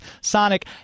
sonic